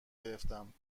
گرفتم